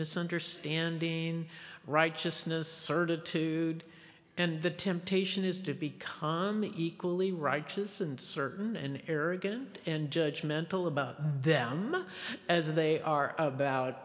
misunderstanding righteousness certitude and the temptation is to be calm equally righteous and certain an arrogant and judge mental about them as they are about